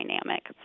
dynamic